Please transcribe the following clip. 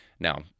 Now